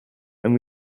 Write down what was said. and